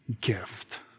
gift